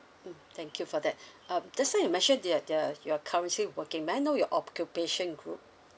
mm thank you for that um just now you mentioned you're you're you're currently working may I know your occupation group